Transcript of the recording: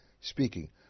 speaking